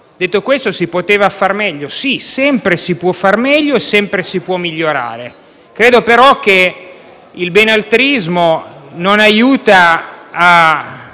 Detto questo, si poteva far meglio? Sì, si può sempre far meglio e si può sempre migliorare. Credo però che il benaltrismo non aiuti a